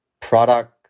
product